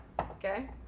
Okay